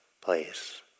place